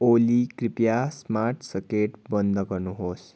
ओली कृपया smart socket बन्द गर्नुहोस्